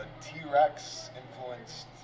T-Rex-influenced